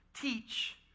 teach